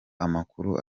amakuru